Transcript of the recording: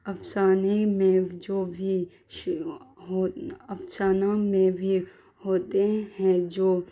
افسانے میں جو بھی افسانوں میں بھی ہوتے ہیں جو